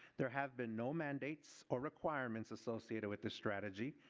there have been no mandates or requirements associated with this strategy.